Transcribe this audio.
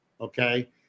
Okay